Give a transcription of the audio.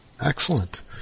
Excellent